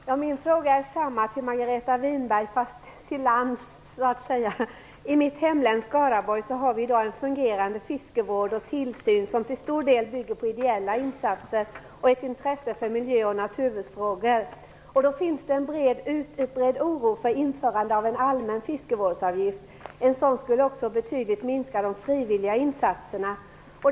Herr talman! Jag har samma fråga till Margareta Winberg, fast den gäller förhållandena på land, så att säga. I mitt hemlän Skaraborg har vi i dag en fungerande fiskevård och tillsyn som till stor del bygger på ideella insatser och ett intresse för miljö och naturvårdsfrågor. Det finns en utbredd oro för införande av en allmän fiskevårdsavgift. En sådan skulle betydligt minska de frivilliga insatserna.